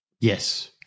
Yes